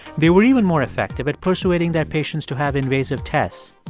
they were even more effective at persuading their patients to have invasive tests.